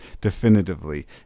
definitively